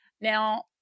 Now